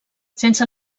sense